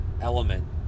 element